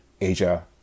Asia